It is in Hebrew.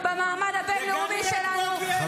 חבר הכנסת אלמוג כהן, אתה